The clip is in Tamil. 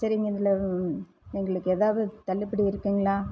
சரிங்க இதில் எங்களுக்கு ஏதாவது தள்ளுபடி இருக்குதுங்களா